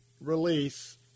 release